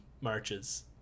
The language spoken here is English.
marches